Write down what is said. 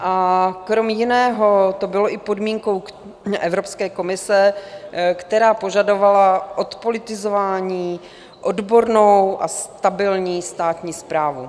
A krom jiného, to bylo i podmínkou Evropské komise, která požadovala odpolitizování, odbornou a stabilní státní správu.